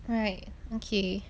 alright okay